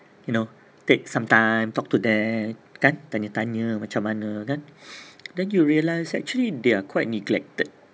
you know take some time talk to them kan tanya-tanya macam mana kan then you realize actually they are quite neglected